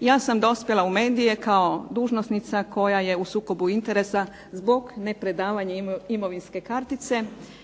ja sam dospjela u medije kao dužnosnica koja je u sukobu interesa zbog ne predavanja imovinske kartice.